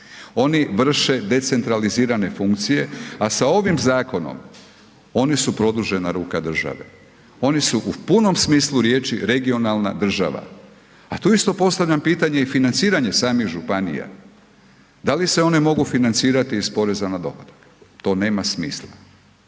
Oni vrše decentralizirane funkcije, a sa ovim zakonom oni su produžena ruka države, oni su u punom smislu riječi regionalna država. A tu isto postavljam pitanje i financiranje samih županija. Da li se one mogu financirati iz porez na dohodak? To nema smisla.